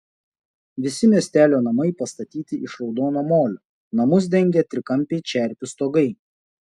visi miestelio namai pastatyti iš raudono molio namus dengia trikampiai čerpių stogai